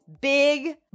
big